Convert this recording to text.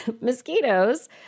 Mosquitoes